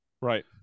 right